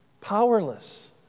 powerless